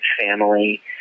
family